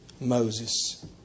Moses